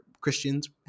Christians